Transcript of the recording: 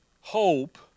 hope